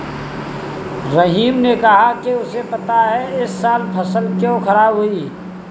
रहीम ने कहा कि उसे पता है इस साल फसल क्यों खराब हुई